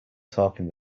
talking